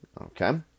Okay